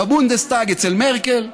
בבונדסטאג אצל מרקל,